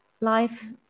life